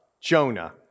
Jonah